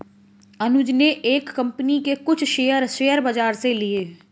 अनुज ने एक कंपनी के कुछ शेयर, शेयर बाजार से लिए